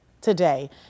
today